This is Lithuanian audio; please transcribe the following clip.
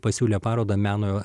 pasiūlė parodą meno